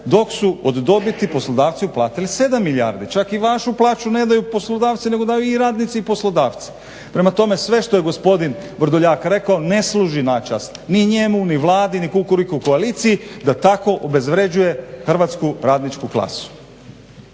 dok su od dobiti poslodavci uplatili 7 milijardi. Čak i vašu plaću ne daju poslodavci nego daju i radnici i poslodavci. Prema tome, sve što je gospodin Vrdoljak rekao ne služi na čast ni njemu ni Vladi ni Kukuriku koaliciji da tako obezvređuje hrvatsku radničku klasu.